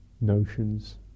notions